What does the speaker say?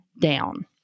down